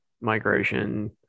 migration